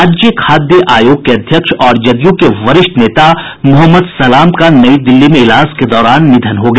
राज्य खाद्य आयोग के अध्यक्ष और जदयू के वरिष्ठ नेता मोहम्मद सलाम का नई दिल्ली में इलाज के दौरान निधन हो गया